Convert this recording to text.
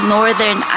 Northern